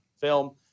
film